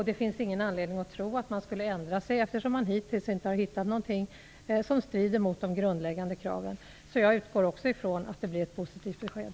Det finns ingen anledning att tro att man skulle ändra sig, eftersom man hittills inte har hittat någonting som strider mot de grundläggande kraven. Jag utgår också ifrån att det blir ett positivt besked.